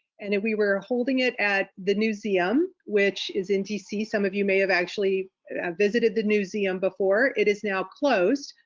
and we were holding it at the newseum, which is in dc some of you may have actually visited the newseum before it is now closed,